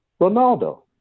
Ronaldo